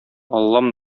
аллам